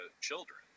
children